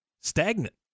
stagnant